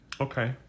Okay